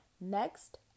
Next